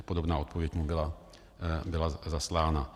Podobná odpověď mu byla zaslána.